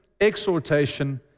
exhortation